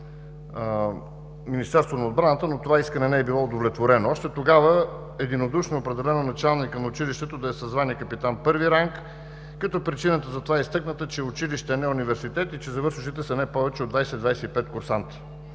Министерството на отбраната, но това искане не е било удовлетворено. Още тогава единодушно е определено началникът на училището да е със звание „капитан първи ранг“, като е изтъкната причината за това, че е училище, а не университет и че завършващите са не повече от 20 – 25 курсанти.